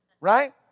Right